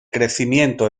crecimiento